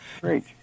Great